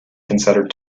considered